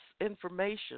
information